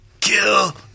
Kill